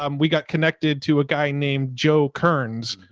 um we got connected to a guy named joe kerns,